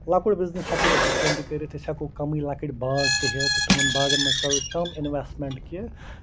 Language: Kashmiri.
لۄکُٹ بِزںِس ہٮ۪کَو أسۍ یِتھۍ کٔنۍ تہِ کٔرِتھ أسۍ ہٮ۪کَو کَمٕے لۄکٕٹۍ باغ تہِ ہٮ۪تھ تِمَن باغَن منٛز کَرو أسۍ کَم اِنوٮ۪سمٮ۪نٛٹ کہِ